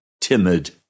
timid